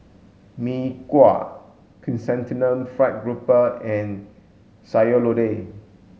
Mee Kuah chrysanthemum fried Garoupa and Sayur Lodeh